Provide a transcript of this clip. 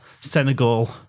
Senegal